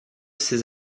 ses